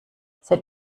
seit